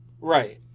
Right